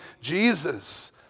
Jesus